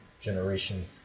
generation